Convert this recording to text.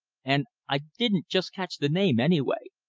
and i didn't just catch the name, anyway.